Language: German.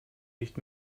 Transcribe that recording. nicht